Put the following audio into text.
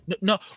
no